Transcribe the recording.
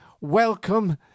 welcome